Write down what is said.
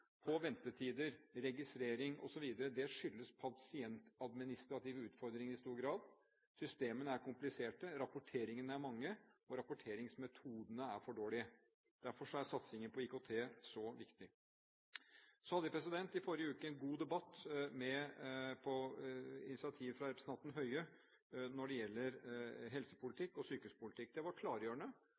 gjelder ventetider, registrering, osv., skyldes pasientadministrative utfordringer i stor grad. Systemene er kompliserte, rapporteringene er mange, og rapporteringsmetodene er for dårlige. Derfor er satsing på IKT så viktig. Så hadde vi i forrige uke en god debatt på initiativ fra representanten Høie når det gjelder helsepolitikk og sykehuspolitikk. Det var klargjørende,